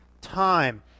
time